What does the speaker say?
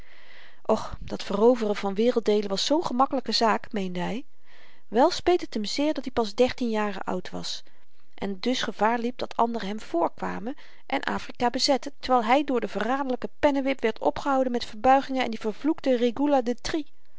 och dat veroveren van werelddeelen was zoo'n gemakkelyke zaak meende hy wel speet het hem zeer dat-i pas dertien jaren oud was en dus gevaar liep dat anderen hem vrkwamen en afrika bezetten terwyl hy door den verraderlyken pennewip werd opgehouden met verbuigingen en die vervloekte regula